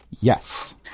Yes